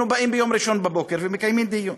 באים ביום ראשון בבוקר ומקיימים דיון.